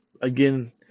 again